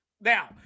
Now